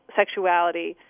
sexuality